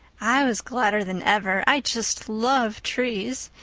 i was gladder than ever. i just love trees.